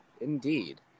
Indeed